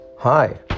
Hi